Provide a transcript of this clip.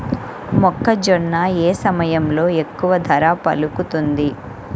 మొక్కజొన్న ఏ సమయంలో ఎక్కువ ధర పలుకుతుంది?